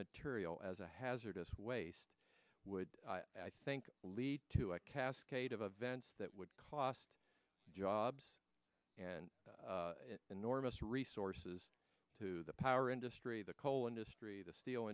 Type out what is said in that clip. material as a hazardous waste would i think lead to a cascade of events that would cost jobs and enormous resources to the power industry the coal industry the steel